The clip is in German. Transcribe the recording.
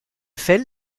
fell